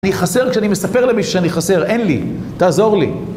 אני חסר כשאני מספר למישהו שאני חסר, אין לי, תעזור לי.